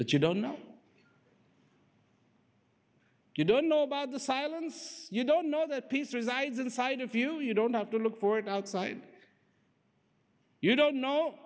but you don't know you don't know about the silence you don't know that peace resides inside of you you don't have to look for it outside you don't know